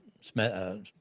smell